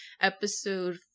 episode